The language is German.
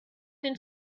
den